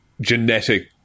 genetic